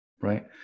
right